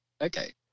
Okay